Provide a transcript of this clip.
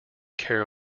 care